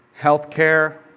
healthcare